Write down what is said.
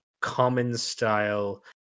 common-style